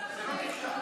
זה לא נחשב.